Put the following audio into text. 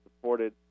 supported